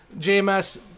jms